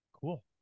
Cool